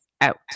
out